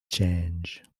change